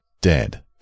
dead